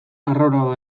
arraroa